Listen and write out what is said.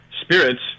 spirits